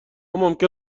ممکن